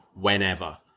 whenever